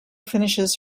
finishes